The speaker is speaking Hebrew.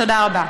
תודה רבה.